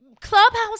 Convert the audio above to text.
clubhouse